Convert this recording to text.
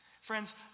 Friends